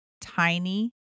tiny